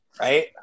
right